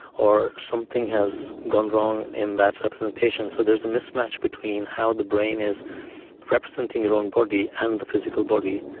or something has gone wrong in that representation, so there is a mismatch between how the brain is representing your own body and the physical body.